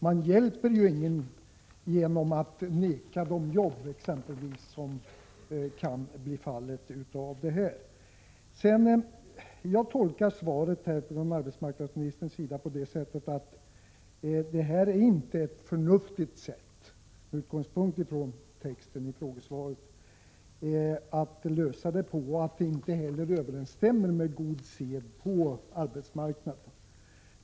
Man hjälper ingen genom att exempelvis neka en person att få jobb, vilket kan bli resultatet av det här. Jag tolkar svaret från arbetsmarknadsministern så, att man i detta fall inte har löst problemen på ett förnuftigt sätt och att agerandet inte heller överensstämmer med vad som är god sed på arbetsmarknaden.